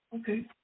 Okay